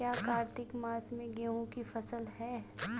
क्या कार्तिक मास में गेहु की फ़सल है?